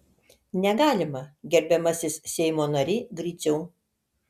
negalima gerbiamasis seimo nary griciau